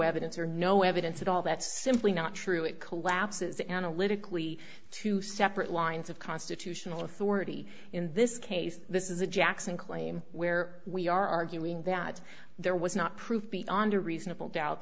evidence or no evidence at all that's simply not true it collapses analytically to separate lines of constitutional authority in this case this is a jackson claim where we are arguing that there was not proof beyond a reasonable doubt